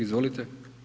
Izvolite.